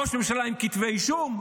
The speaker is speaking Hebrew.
ראש ממשלה עם כתבי אישום?